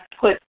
put